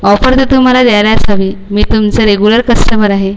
offer तर तुम्हाला द्यायलाचं हवी मी तुमचं रेग्युलर कस्टमर आहे